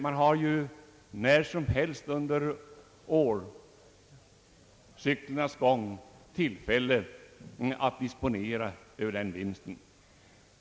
Man har ju när som helst möjlighet att disponera över vinsten.